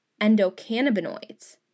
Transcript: endocannabinoids